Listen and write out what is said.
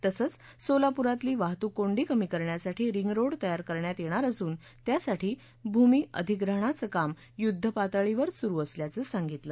तसंच सोलापूरातली वाहतूक कोंडी कमी करण्यासाठी रिंग रोड तयार करण्यात यध्वर असून त्यासाठी भूमी अधिग्रहणाचं काम युद्धपातळीवर सुरु असल्याचं सांगितलं